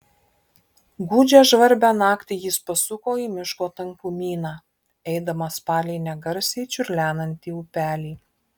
gūdžią žvarbią naktį jis pasuko į miško tankumyną eidamas palei negarsiai čiurlenantį upelį